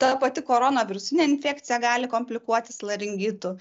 ta pati koronavirusinė infekcija gali komplikuotis laringitu